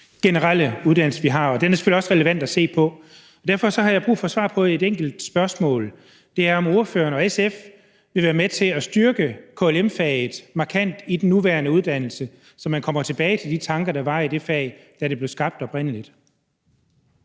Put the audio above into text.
generelle uddannelse, vi har, og den er selvfølgelig også relevant at se på. Derfor har jeg brug for et svar på et enkelt spørgsmål. Vil ordføreren og SF være med til at styrke KLM-faget markant i den nuværende uddannelse, så man kommer tilbage til de tanker, der var i det fag, da det blev skabt oprindelig?